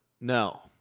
No